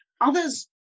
Others